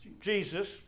Jesus